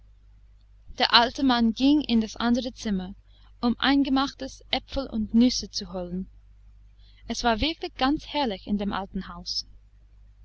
der alte mann ging in das andere zimmer um eingemachtes äpfel und nüsse zu holen es war wirklich ganz herrlich in dem alten hause